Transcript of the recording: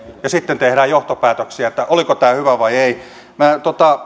ja sitten tehdään johtopäätöksiä oliko tämä hyvä vai ei minä